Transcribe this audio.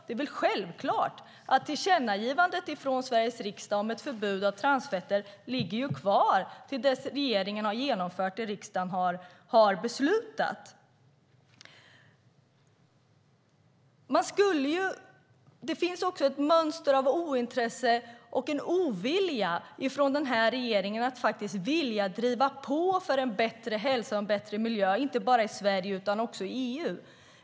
Det är väl självklart att tillkännagivandet från Sveriges riksdag om ett förbud mot transfetter ligger kvar till dess att regeringen har genomfört det riksdagen har beslutat. Det finns även ett mönster av ointresse och en ovilja från den här regeringen när det gäller att faktiskt vilja driva på för en bättre hälsa och en hälsa miljö, inte bara i Sverige utan också i EU.